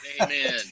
Amen